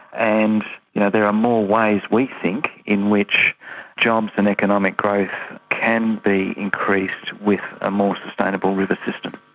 and you know there are more ways, we think, in which jobs and economic growth can be increased with a more sustainable river system.